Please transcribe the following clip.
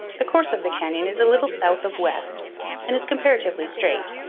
the course of the canyon is a little south of west and is comparatively straight.